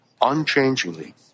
unchangingly